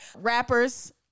Rappers